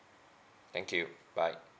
thank you bye